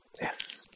Yes